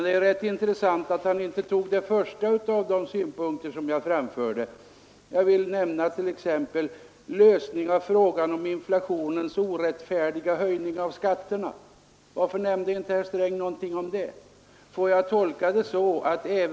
Det är intressant att han inte tog upp de första av de synpunkter jag framförde, t.ex. frågan om en lösning av inflationens orättfärdiga höjning av skatterna. Varför nämnde inte herr Sträng någonting om det?